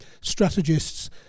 strategists